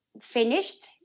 finished